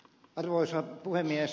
arvoisa puhemies